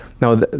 Now